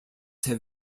have